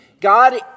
God